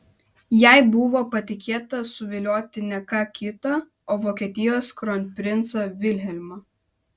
jai buvo patikėta suvilioti ne ką kitą o vokietijos kronprincą vilhelmą